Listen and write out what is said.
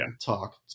talk